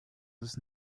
does